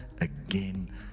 again